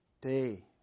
day